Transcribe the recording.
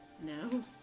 No